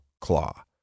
claw